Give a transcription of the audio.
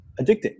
addicting